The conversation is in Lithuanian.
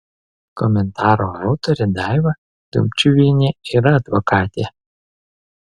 komentaro autorė daiva dumčiuvienė yra advokatė